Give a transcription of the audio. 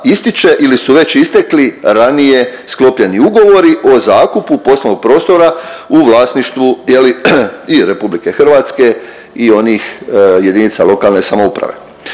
ističe ili su već istekli ranije sklopljeni ugovori o zakupu poslovnog prostora u vlasništvu je li i RH i onih JLS. Navedeno znači